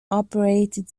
operated